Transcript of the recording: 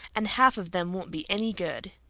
and half of them won't be any good.